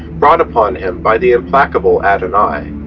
brought upon him by the implacable adonai